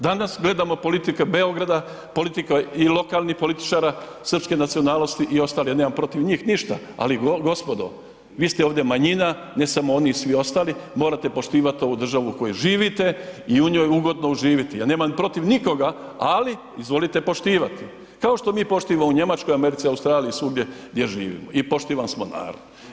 Danas gledamo politike Beograda, politika i lokalnih političara srpske nacionalnosti i ostalih, ja nemam protiv njih ništa ali gospodo, vi ste ovdje manjina, ne samo oni, i svi ostali, morate poštivati ovu državu u kojoj živite i u njoj ugodno živiti a nemam protiv nikoga ali izvolite poštivati kao što mi poštivamo u Njemačkoj, Americi, Australiji i svugdje gdje živimo i poštivan smo narod.